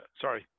sorry